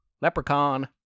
leprechaun